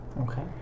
Okay